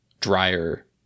drier